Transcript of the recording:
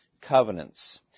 covenants